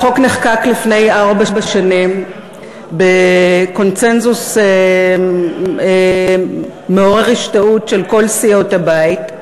החוק נחקק לפני ארבע שנים בקונסנזוס מעורר השתאות של כל סיעות הבית.